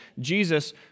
Jesus